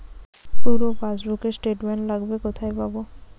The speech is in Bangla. পুরো পাসবুকের স্টেটমেন্ট লাগবে কোথায় পাব?